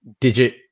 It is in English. digit